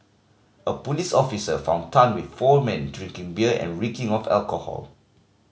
a police officer found Tan with four men drinking beer and reeking of alcohol